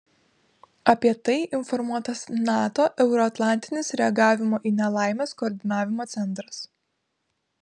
apie tai informuotas nato euroatlantinis reagavimo į nelaimes koordinavimo centras